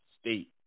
State